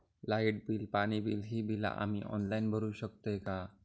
Light bill, पाणी bill, ही बिला आम्ही ऑनलाइन भरू शकतय का?